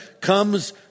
comes